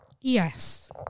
Yes